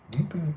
Okay